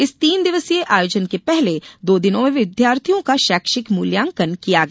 इस तीन दिवसीय आयोजन के पहले दो दिनों में विद्यार्थियों का शैक्षिक मूल्यांकन किया गया